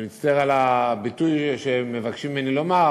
אני מצטער על הביטוי שמבקשים ממני לומר,